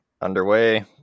underway